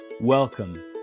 Welcome